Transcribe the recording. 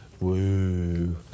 woo